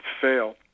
fail